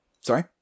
Sorry